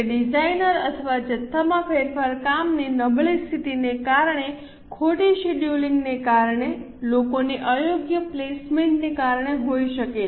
તે ડિઝાઇન અથવા જથ્થામાં ફેરફાર કામની નબળી સ્થિતિને કારણે ખોટી શેડ્યૂલિંગને કારણે લોકોની અયોગ્ય પ્લેસમેન્ટને કારણે હોઈ શકે છે